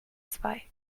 zwei